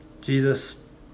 Jesus